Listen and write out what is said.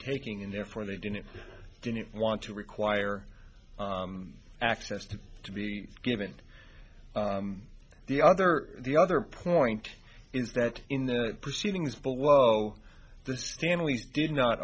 taking and therefore they didn't didn't want to require access to to be given the other the other point is that in the proceedings below the stanleys did not